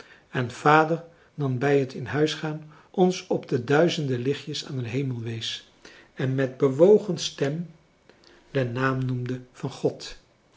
en vader dan bij het in huis gaan ons op de duizende lichten aan den hemel wees en met bewogen stem françois haverschmidt familie en kennissen den naam noemde van god